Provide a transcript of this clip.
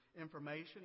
information